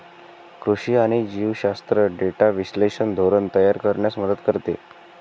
कृषी आणि जीवशास्त्र डेटा विश्लेषण धोरण तयार करण्यास मदत करते